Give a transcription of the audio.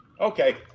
okay